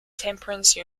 temperance